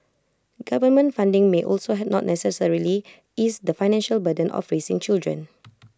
government funding may also not necessarily ease the financial burden of raising children